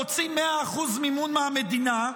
רוצים 100% מימון מהמדינה,